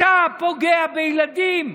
אתה פוגע בילדים,